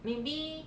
maybe